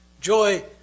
Joy